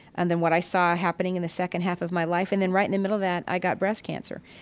and then what i saw happening in the second half of my life. and then right in the middle of that, i got breast cancer.